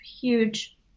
huge